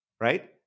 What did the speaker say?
right